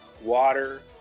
water